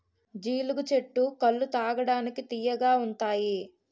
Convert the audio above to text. జీలుగు చెట్టు కల్లు తాగడానికి తియ్యగా ఉంతాయి